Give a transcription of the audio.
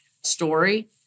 story